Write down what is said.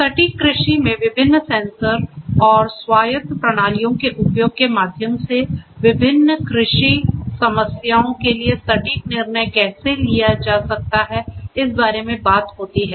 सटीक कृषि में विभिन्न सेंसर और स्वायत्त प्रणालियों के उपयोग के माध्यम से विभिन्न कृषि समस्याओं के लिए सटीक निर्णय कैसे किया जा सकता है इस बारे में बात होती है